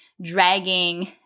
dragging